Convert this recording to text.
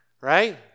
right